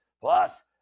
Plus